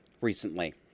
recently